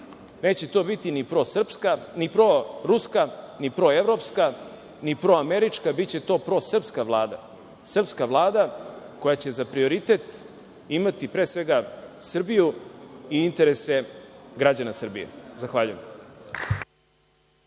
ni prosrpska ni proruska, ni proevropska, ni proamerička, biće to prosrpska vlada, srpska vlada koja će za prioritet imati, pre svega, Srbiju i interese građana Srbije. Zahvaljujem.